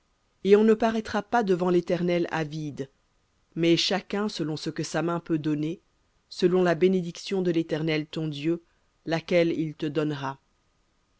et on ne paraîtra pas devant l'éternel à vide chacun selon ce que sa main peut donner selon la bénédiction de l'éternel ton dieu laquelle il te donnera